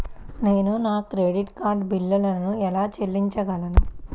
నేను నా credit card బిల్లును ఎలా చెల్లించగలను?